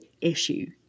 issue